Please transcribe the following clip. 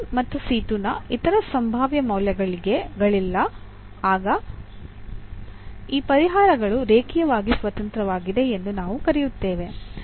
ಮತ್ತು ನ ಇತರ ಸಂಭಾವ್ಯ ಮೌಲ್ಯಗಳಿಲ್ಲ ಆಗ ಈ ಪರಿಹಾರಗಳು ರೇಖೀಯವಾಗಿ ಸ್ವತಂತ್ರವಾಗಿವೆ ಎಂದು ನಾವು ಕರೆಯುತ್ತೇವೆ